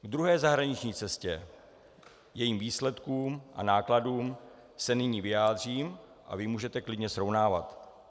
K druhé zahraniční cestě, jejím výsledkům a nákladům, se nyní vyjádřím a vy můžete klidně srovnávat.